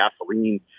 gasoline